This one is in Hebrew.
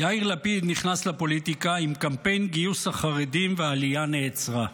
יאיר לפיד נכנס לפוליטיקה עם קמפיין גיוס החרדים והעלייה נעצרה.